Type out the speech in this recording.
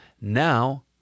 now